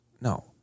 No